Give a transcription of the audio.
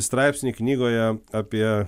straipsnį knygoje apie